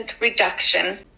reduction